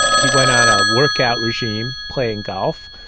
he went on a workout regime playing golf,